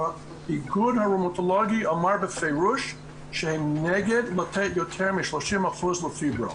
האיגוד הראומטולוגי אמר בפירוש שהם נגד לתת יותר מ-30% לפיברו.